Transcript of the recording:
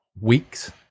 weeks